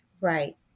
Right